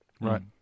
Right